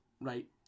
right